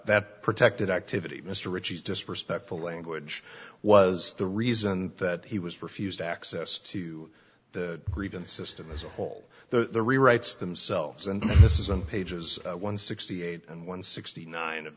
that protected activity mr rich is disrespectful language was the reason that he was refused access to the region system as a whole the rewrites themselves and this isn't pages one sixty eight and one sixty nine of